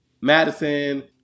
Madison